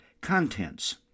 contents